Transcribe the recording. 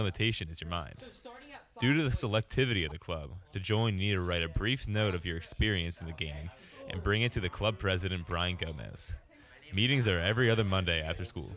limitation is your mind due to the selectivity of the club to join you to write a brief note of your experience in the game and bring it to the club president bronco this meetings or every other monday after school